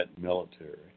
military